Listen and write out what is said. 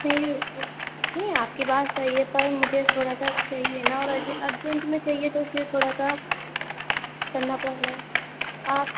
نہیں نہیں آپ کی بات صحیح ہے پر مجھے تھوڑا سا چاہیے نا ارجنٹ میں چاہیے تو اس لیے تھوڑا سا کرنا پڑ رہا ہے آپ